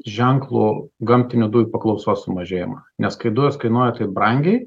ženklų gamtinių dujų paklausos sumažėjimą nes kai dujos kainuoja taip brangiai